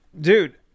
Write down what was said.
dude